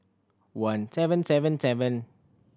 one seven seven seven